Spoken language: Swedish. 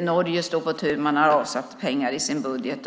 Norge står på tur. Man har avsatt pengar i sin budget.